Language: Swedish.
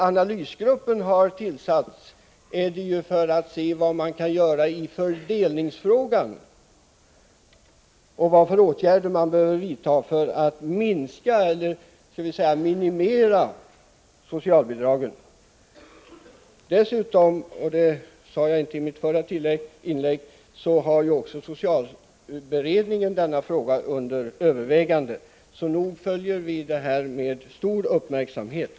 Analysgruppen har tillsatts för att undersöka vad man kan göra i fördelningsfrågan och vilka åtgärder som behöver vidtas för att minimera socialbidragen. Dessutom tillkommer — vilket jag inte sade i mitt förra inlägg — att även socialberedningen har denna fråga under övervägande. Så nog följer vi denna fråga med stor uppmärksamhet.